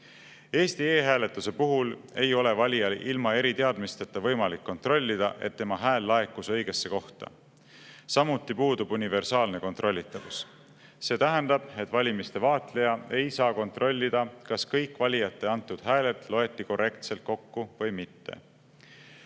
Eesti e-hääletuse puhul ei ole valijal ilma eriteadmisteta võimalik kontrollida, kas tema hääl laekus õigesse kohta. Samuti puudub universaalne kontrollitavus. See tähendab, et valimiste vaatleja ei saa kontrollida, kas kõik valijate antud hääled loeti korrektselt kokku või mitte.